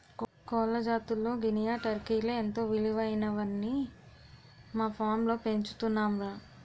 కోళ్ల జాతుల్లో గినియా, టర్కీలే ఎంతో విలువైనవని మా ఫాంలో పెంచుతున్నాంరా